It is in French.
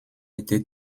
été